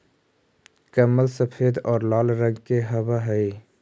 कमल सफेद और लाल रंग के हवअ हई